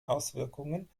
auswirkungen